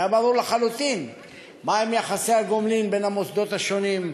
היה ברור לחלוטין מה הם יחסי הגומלין בין המוסדות השונים,